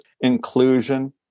inclusion